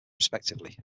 respectively